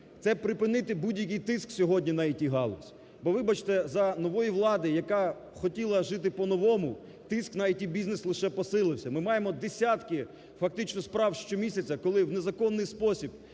це припинити будь-який тиск сьогодні на ІТ-галузь. Бо, вибачте, за нової влади, яка хотіла жити по-новому, тиск на ІТ-бізнес лише посилився. Ми маємо десятки фактично справ щомісяця, коли в незаконний спосіб